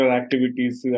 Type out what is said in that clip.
activities